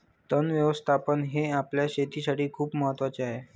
तण व्यवस्थापन हे आपल्या शेतीसाठी खूप महत्वाचे आहे